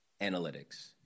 Analytics